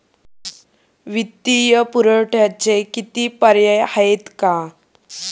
वित्तीय पुरवठ्याचे किती पर्याय आहेत का?